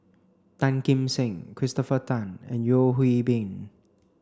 Tan Kim Seng Christopher Tan and Yeo Hwee Bin